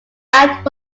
act